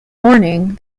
morning